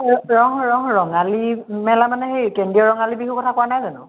ৰঙ ৰঙালী মেলা মানে সেই কেন্দ্ৰীয় ৰঙালী বিহুৰ কথা কোৱা নাই জানো